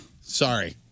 Sorry